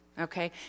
Okay